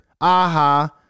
Aha